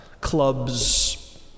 Clubs